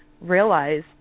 realize